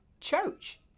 church